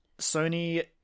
Sony